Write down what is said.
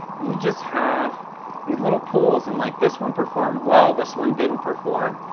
you just have these little pools and like this one performed well, this one didn't perform.